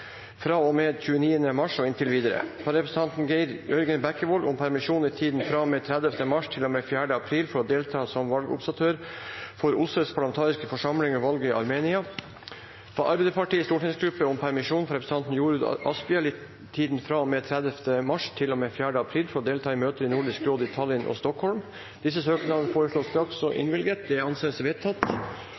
mars og inntil videre fra representanten Geir Jørgen Bekkevold om permisjon i tiden fra og med 30. mars til og med 4. april for å delta som valgobservatør for OSSEs parlamentariske forsamling ved valget i Armenia fra Arbeiderpartiets stortingsgruppe om permisjon for representanten Jorodd Asphjell i tiden fra og med 30. mars til og med 4. april for å delta i møter i Nordisk råd i Tallinn og Stockholm